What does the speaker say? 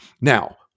Now